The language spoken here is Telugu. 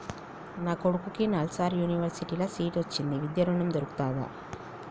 నా కొడుకుకి నల్సార్ యూనివర్సిటీ ల సీట్ వచ్చింది విద్య ఋణం దొర్కుతదా?